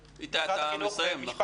איתי, אתה מסיים, נכון?